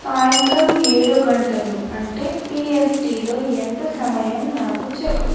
సాయంత్రం ఏడు గంటలు అంటే పియస్టిలో ఎంత సమయం నాకు చెప్పుము